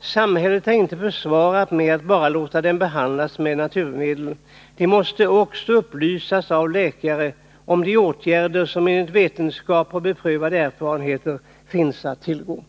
Samhället är inte försvarat med att bara låta dem behandlas med naturmedel. De måste också upplysas av läkare om de behandlingar som enligt vetenskap och beprövad erfarenhet finns att tillgå.